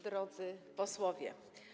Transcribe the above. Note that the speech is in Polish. Drodzy Posłowie!